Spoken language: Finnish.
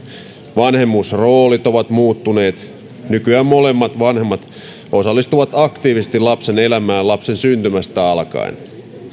vanhemmuusroolit ovat muuttuneet nykyään molemmat vanhemmat osallistuvat aktiivisesti lapsen elämään lapsen syntymästä alkaen